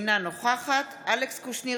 אינה נוכחת אלכס קושניר,